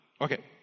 okay